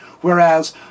whereas